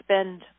spend